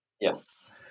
Yes